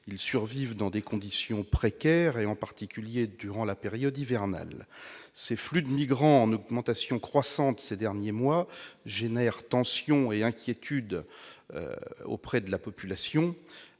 Ils survivent dans des conditions précaires, en particulier durant la période hivernale. Ce flux de migrants, en augmentation croissante ces derniers mois, crée tensions et inquiétudes auprès de la population.